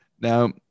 Now